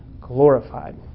glorified